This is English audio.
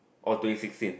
all to it sixteen